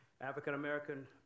African-American